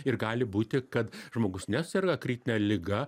ir gali būti kad žmogus neserga kritine liga